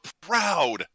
proud